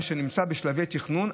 אשר נמצא בשלבי תכנון.